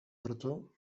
proto